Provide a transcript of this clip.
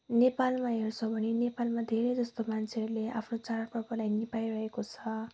नेपालमा हेर्छौँ भने नेपालमा धेरै जस्तो मान्छेहरूले आफ्नो चाडपर्वहरूलाई निभाइरहेको छ